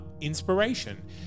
Inspiration